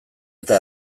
eta